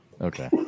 okay